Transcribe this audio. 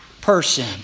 person